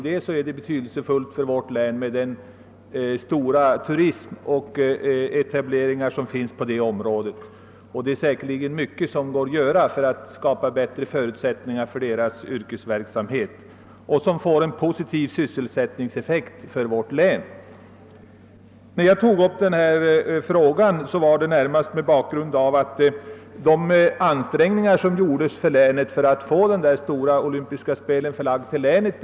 Det är betydelsefullt för vårt län med den stora turism och de etableringar som finns på det området. Det går säkerligen att göra mycket för att skapa bättre förutsättningar för denna yrkesverksamhet, något som får en positiv sysselsättningseffekt för vårt län. När jag tog upp denna fråga var det närmast därför att det gjorts stora ansträngningar i länet för att få de olympiska spelen förlagda dit.